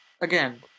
Again